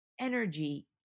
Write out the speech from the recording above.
energy